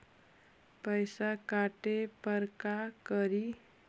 पैसा काटे पर का करि?